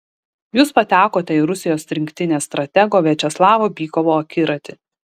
jūs patekote į rusijos rinktinės stratego viačeslavo bykovo akiratį